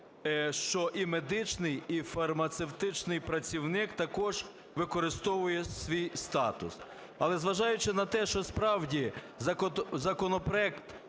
що і медичний, і фармацевтичний працівник також використовує свій статус. Але зважаючи на те, що справді законопроект